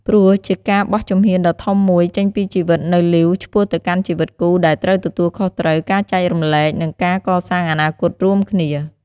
ព្រោះជាការបោះជំហានដ៏ធំមួយចេញពីជីវិតនៅលីវ ឆ្ពោះទៅកាន់ជីវិតគូដែលត្រូវទទួលខុសត្រូវ ការចែករំលែក និងការកសាងអនាគតរួមគ្នា។